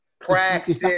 Practice